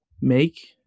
make